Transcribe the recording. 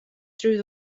through